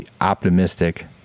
optimistic